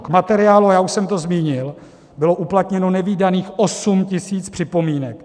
K materiálu, a já už jsem to zmínil, bylo uplatněno nevídaných 8 tisíc připomínek.